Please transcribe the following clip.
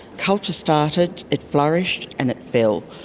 culture started, it flourished and it fell,